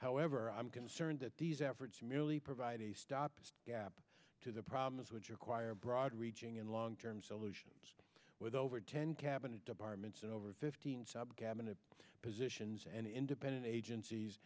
however i'm concerned that these efforts merely provide a stop gap to the problems which are quire broad reaching and long term solutions with over ten cabinet departments and over fifteen sub cabinet positions and independent agencies